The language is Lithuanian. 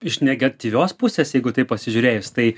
iš negatyvios pusės jeigu taip pasižiūrėjus tai